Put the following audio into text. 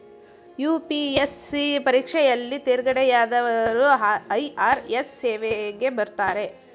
UPSC ಪರೀಕ್ಷೆಯಲ್ಲಿ ತೇರ್ಗಡೆಯಾದವರು IRS ಸೇವೆಗೆ ಬರ್ತಾರೆ